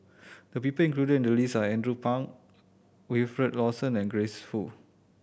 the people included in the list are Andrew Phang Wilfed Lawson and Grace Fu